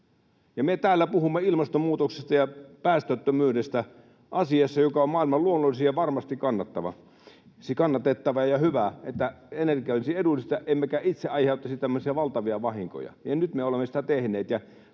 me täällä puhumme ilmastonmuutoksesta ja päästöttömyydestä asiassa, joka on maailman luonnollisin, ja varmasti olisi kannatettavaa ja hyvä, että energia olisi edullista emmekä itse aiheuttaisi tämmöisiä valtavia vahinkoja. Nyt me olemme sitä tehneet,